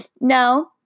No